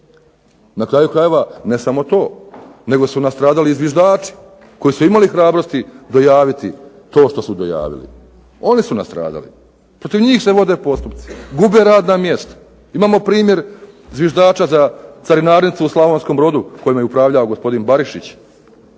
Na kraju krajeva ne samo to, nego su nastradali i zviždači koji su imali hrabrosti dojaviti to što su dojavili, oni su nastradali, protiv njih se vode postupci, gube radna mjesta, imamo primjer zviždača za carinarnicu u Slavonskom brodu kojom je upravljao gospodin Barišić,